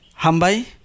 Hambai